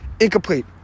incomplete